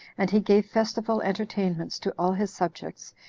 and he gave festival entertainments to all his subjects,